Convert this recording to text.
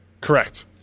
Correct